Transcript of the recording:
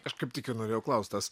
aš kaip tik ir norėjau klaust tas